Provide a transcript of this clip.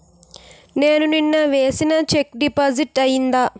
నేను నిన్న వేసిన చెక్ డిపాజిట్ అయిందా?